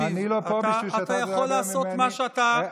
אתה יכול לעשות מה שאתה רוצה.